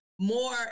more